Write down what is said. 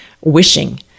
wishing